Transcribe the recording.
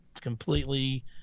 completely